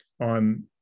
on